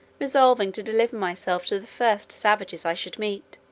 resolving to deliver myself to the first savages i should meet,